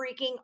freaking